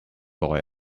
boy